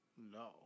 No